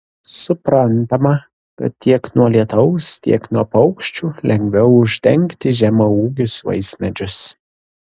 suprantama kad tiek nuo lietaus tiek nuo paukščių lengviau uždengti žemaūgius vaismedžius